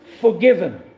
forgiven